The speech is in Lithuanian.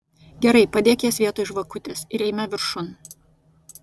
gerai padėk jas vietoj žvakutės ir eime viršun